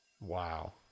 Wow